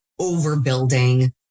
overbuilding